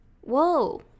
Whoa